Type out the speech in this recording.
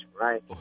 right